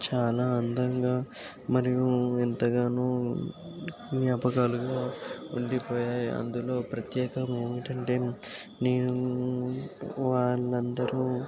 చాలా అందంగా మరియు ఎంతగానో జ్ఞాపకాలుగా ఉండిపోయాయి అందులో ప్రత్యేకం ఏంటంటే నేను వాళ్ళు అందరు